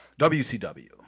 WCW